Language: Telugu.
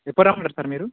ఎప్పడిదాకా పెడతారు మీరు